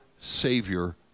Savior